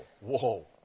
whoa